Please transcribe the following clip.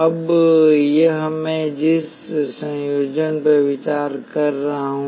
अब यह है मैं जिस संयोजन पर विचार कर रहा हूं